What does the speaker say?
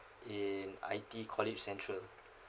in I_T_E college central